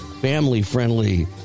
family-friendly